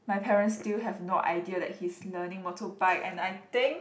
my parents still have no idea that he's learning motorbike and I think